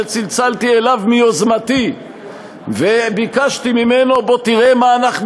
שצלצלתי אליו מיוזמתי וביקשתי ממנו: בוא תראה מה אנחנו